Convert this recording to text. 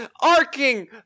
arcing